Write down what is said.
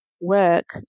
work